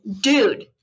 dude